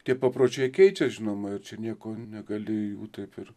tie papročiai keičias žinoma ir čia nieko negali jų taip ir